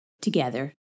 together